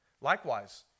Likewise